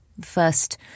first